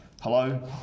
Hello